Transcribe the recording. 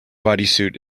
bodysuit